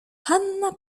hanna